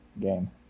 game